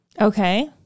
Okay